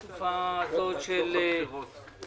קצת התלבטתי בתקופה הזאת של לחימה